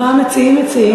מה המציעים מציעים?